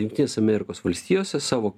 jungtinės amerikos valstijose savo